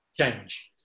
change